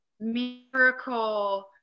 miracle